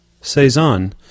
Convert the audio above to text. Saison